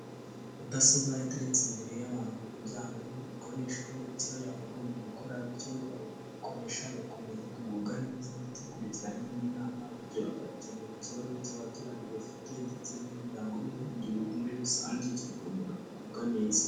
Mudasobwa iteretse imbere y'abantu kugira ngo ikoreshwe icyo yakagombye gukora, bityo abayikoresha bagakomeza kugubwa neza ndetse bakurikirana n'inama bityo bagakemura ikibazo cy'abaturage bafite ndetse n'umuryango n'igihugu muri rusange kigakomeza kugubwa neza.